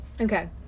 okay